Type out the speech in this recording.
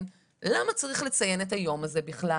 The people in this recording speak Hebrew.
זה "למה צריך לציין את היום הזה בכלל?"